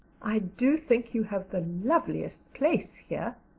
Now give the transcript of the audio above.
i do think you have the loveliest place here,